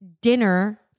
dinner